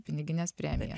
pinigines premijas